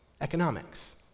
economics